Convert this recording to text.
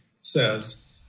says